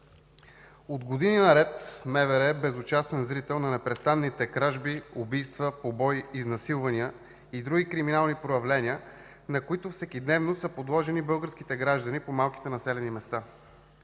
От години наред МВР е безучастен зрител на непрестанните кражби, убийства, побои, изнасилвания и други криминални проявления, на които всекидневно са подложени българските граждани по малките населени места.